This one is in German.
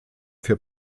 für